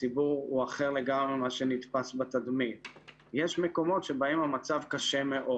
הציבור הוא אחר לגמרי ממה שנתפס בתדמית ויש מקומות שבהם המצב קשה מאוד.